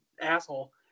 asshole